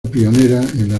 pionera